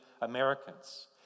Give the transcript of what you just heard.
Americans